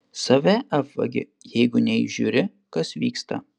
save apvagi jeigu neįžiūri kas vyksta